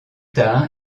tard